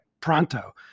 pronto